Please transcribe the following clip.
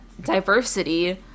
diversity